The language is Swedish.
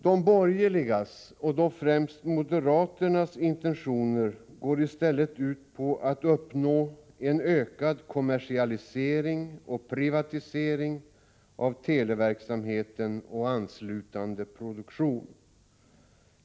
De borgerligas, främst moderaternas, intentioner är i stället att uppnå en ökad kommersialisering och privatisering av televerksamheten och anslutande produktion.